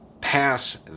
pass